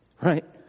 right